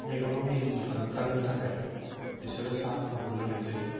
मेगनाव निन होखारनो थाखाय बिसोरो साहाफोरखौ लोंनाय जायो